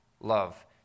love